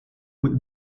with